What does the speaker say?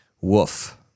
Woof